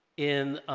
in